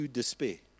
despair